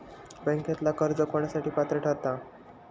बँकेतला कर्ज कोणासाठी पात्र ठरता?